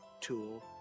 tool